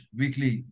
weekly